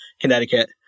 Connecticut